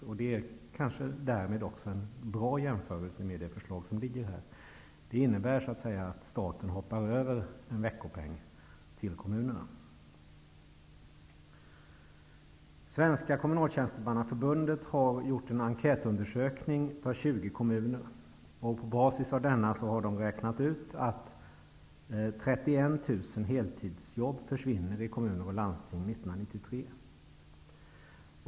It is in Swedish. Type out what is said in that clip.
Därmed är det kanske också en bra jämförelse med det förslag som ligger på riksdagens bord. Det innebär så att säga att staten hoppar över en veckopeng till kommunerna. Svenska kommunaltjänstemannaförbundet har gjort en enkätundersökning i 20 kommuner, och på basis av denna har man räknat ut att 31 000 1993.